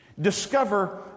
Discover